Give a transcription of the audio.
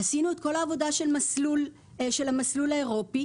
עשינו את כל העבודה של המסלול האירופי,